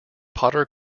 potter